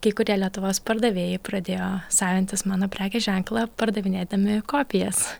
kai kurie lietuvos pardavėjai pradėjo savintis mano prekės ženklą pardavinėdami kopijas